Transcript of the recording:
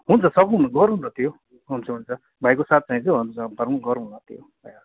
हुन्छ सकूँ न गरौँ न त्यो हुन्छ हुन्छ भाइको साथ चाहिन्छ अन्त गरौँ गरौँ न त्यो भइहाल्छ